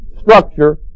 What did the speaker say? structure